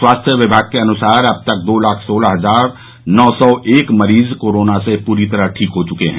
स्वास्थ्य विभाग के अनुसार अब तक दो लाख सोलह हजार नौ सौ एक मरीज कोरोना से पूरी तरह ठीक हो चुके हैं